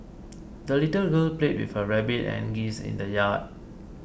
the little girl played with her rabbit and geese in the yard